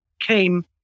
came